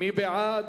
מי בעד?